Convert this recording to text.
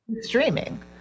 streaming